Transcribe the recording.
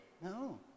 No